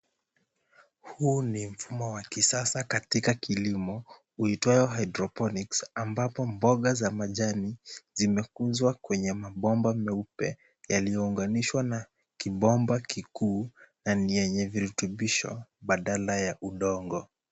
Huu ni mfumo wa kisasa katika kilimo, huitwayo hydroponics ambapo mboga za majani zimekuzwa kwenye mabomba meupe yaliyounganishwa na kibomba kikuu na ni yenye virutubisho badala ya udongo.